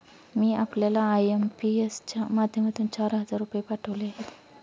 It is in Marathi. मी आपल्याला आय.एम.पी.एस च्या माध्यमातून चार हजार रुपये पाठवले आहेत